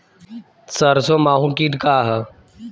सरसो माहु किट का ह?